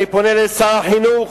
אני פונה אל שר החינוך,